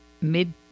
mid